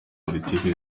politiki